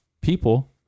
people